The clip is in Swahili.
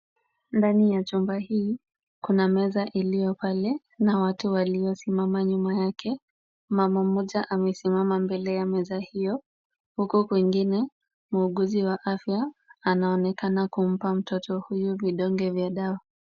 Ndani ya chumba hii kuna meza iliyo pale na watu waliosimama nyuma yake . Mama moja amesimama mbele ya meza hiyo huku kwingine muuguzi wa afya anaonekana kumpa mtoto huyu vidonge vya dawa.